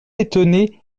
étonné